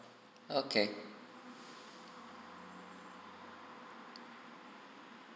okay